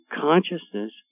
consciousness